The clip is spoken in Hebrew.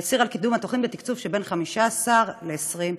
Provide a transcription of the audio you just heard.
הצהיר על קידום התוכנית בתקצוב של בין 15 ל-20 מיליארד.